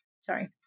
Sorry